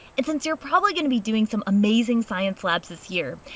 and since you're probably going to be doing some amazing science labs this year,